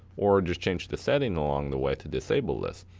or just changed the setting along the way to disable this.